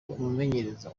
umumenyereza